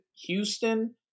Houston